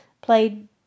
played